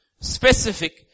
specific